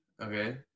okay